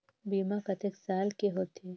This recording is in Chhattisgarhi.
बीमा कतेक साल के होथे?